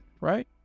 right